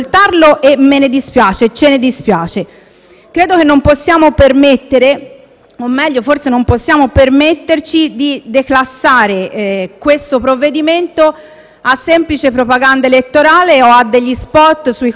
o meglio, forse non possiamo permetterci - di declassare il disegno di legge in esame a semplice propaganda elettorale o a degli *spot* sui costi della politica o a dei *tweet* o *post* su Facebook, perché questo